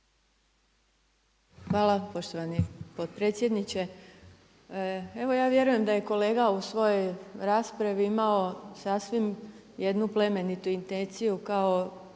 Hvala poštovani potpredsjedniče. Evo ja vjerujem da je kolega u svojoj raspravi imao sasvim jednu plemenitu intenciju kao